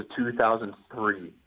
2003